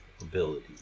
ability